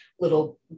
little